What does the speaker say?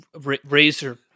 Razor